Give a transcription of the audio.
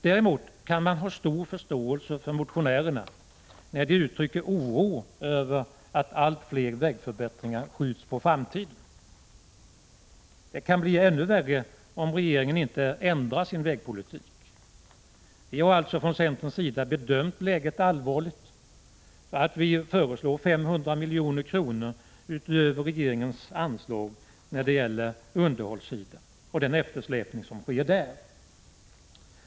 Däremot kan man ha stor förståelse för motionärerna när de uttrycker oro över att allt fler vägförbättringar skjuts på framtiden. Det kan bli ännu värre om regeringen inte ändrar sin vägpolitik. Vi har alltså från centerns sida bedömt läget så allvarligt att vi föreslår att 500 milj.kr. - utöver regeringens anslag — anvisas när det gäller underhållssidan för att hindra en fortsatt eftersläpning.